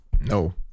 No